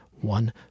one